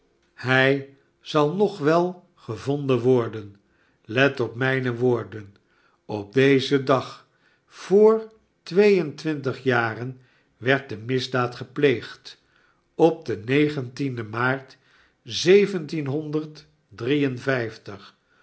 hij zal nog wel gevonden worden let op mijne woorden op dezen dag vr twee en twintig jaren werd de misdaad gepleegd op den negentienden maart zeventienhonderd